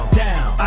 down